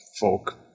folk